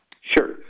Sure